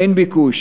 אין ביקוש.